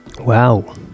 wow